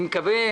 או נמצאות